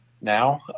now